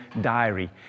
diary